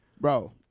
Bro